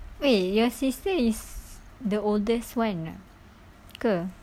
wait your sister is the oldest one ah ke